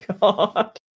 god